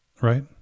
right